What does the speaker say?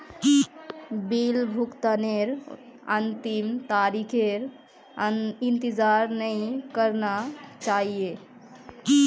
bill भुगतानेर तने अंतिम तारीखेर इंतजार नइ करना चाहिए